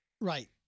Right